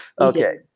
Okay